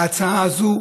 ההצעה הזאת,